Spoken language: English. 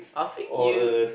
I'll fling you